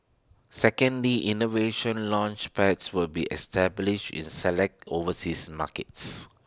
secondly innovation Launchpads will be established in selected overseas markets